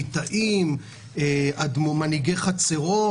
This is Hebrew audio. ליטאים מנהיגי חצרות,